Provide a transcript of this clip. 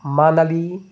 Manali